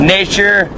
Nature